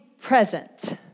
present